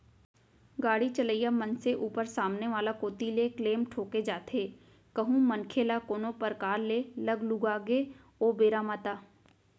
गाड़ी चलइया मनसे ऊपर सामने वाला कोती ले क्लेम ठोंके जाथे कहूं मनखे ल कोनो परकार ले लग लुगा गे ओ बेरा म ता